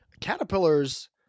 caterpillars